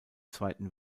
zweiten